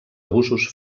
abusos